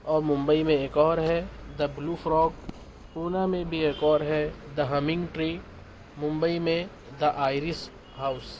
اور ممبئی میں ایک اور ہے دا بلیو فراک پونا میں بھی ایک اور ہے دا ہمنگ ٹری ممبئی میں دا آئرس ہاؤس